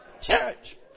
Church